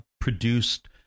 produced